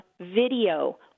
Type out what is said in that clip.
video